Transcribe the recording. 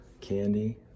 candy